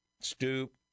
stoop